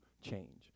change